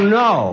no